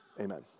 Amen